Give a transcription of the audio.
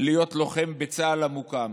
להיות לוחם בצה"ל המוקם.